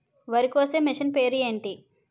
వరి కోసే మిషన్ పేరు ఏంటి